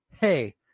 Hey